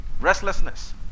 Restlessness